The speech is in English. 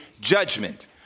judgment